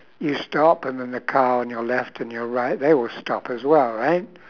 you stop and then the car on your left and your right they will stop as well right